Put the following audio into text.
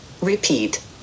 Repeat